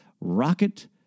Rocket